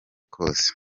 kose